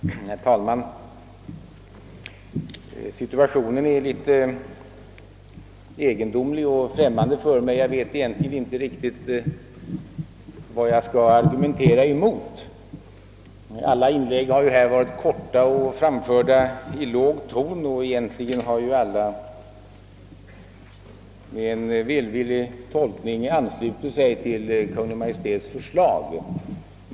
Herr talman! Situationen här är litet främmande för mig: jag vet inte riktigt vad jag skall argumentera emot. Alla inlägg har varit korta och framförts i en låg ton, och talarna har med en välvillig tolkning kunnat ansluta sig till Kungl. Maj:ts förslag.